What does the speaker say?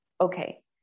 Okay